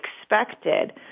expected